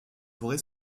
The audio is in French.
forêt